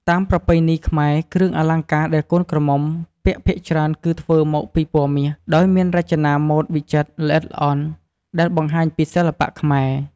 តាមប្រពៃណីខ្មែរ គ្រឿងអលង្ការដែលកូនក្រមុំពាក់ភាគច្រើនគឺធ្វើមកពី ពណ៌មាស ដោយមានរចនាម៉ូដវិចិត្រ ល្អិតល្អន់ ដែលបង្ហាញពីសិល្បៈខ្មែរ។